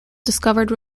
discovered